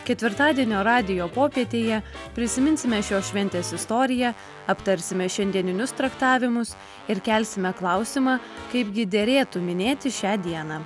ketvirtadienio radijo popietėje prisiminsime šios šventės istoriją aptarsime šiandieninius traktavimus ir kelsime klausimą kaipgi derėtų minėti šią dieną